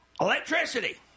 Electricity